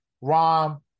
Rom